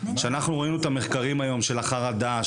שאנחנו ראינו את המחקרים היום על היקף החרדה,